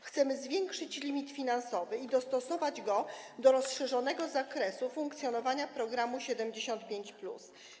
Chcemy zwiększyć limit finansowy i dostosować go do rozszerzonego zakresu funkcjonowania programu 75+.